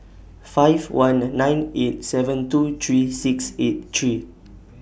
five one nine eight seven two three six eight three